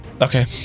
Okay